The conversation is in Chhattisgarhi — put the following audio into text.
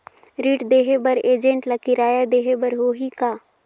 ऋण देहे बर एजेंट ला किराया देही बर होही का?